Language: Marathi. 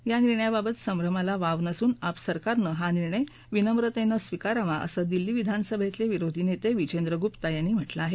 या निर्णयाबाबत सभ्रमाला वाव नसून आप सरकारनं हा निर्णय विनम्रतेनं स्वीकारावा असं दिल्ली विधानसभेतले विरोधी नेते विजेंद्र गुप्ता यांनी म्हटलं आहे